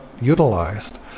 utilized